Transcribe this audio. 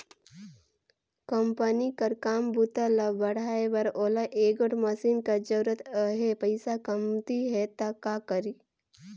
Company कर काम बूता ल बढ़ाए बर ओला एगोट मसीन कर जरूरत अहे, पइसा कमती हे त का करी?